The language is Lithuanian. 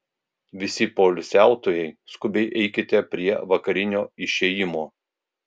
visi poilsiautojai skubiai eikite prie vakarinio išėjimo